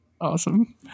Awesome